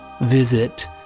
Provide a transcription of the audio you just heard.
Visit